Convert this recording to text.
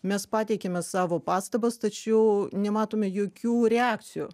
mes pateikėme savo pastabas tačiau nematome jokių reakcijų